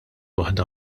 waħda